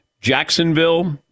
Jacksonville